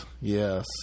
Yes